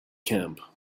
camp